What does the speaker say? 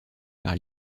par